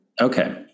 Okay